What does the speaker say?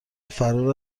فرار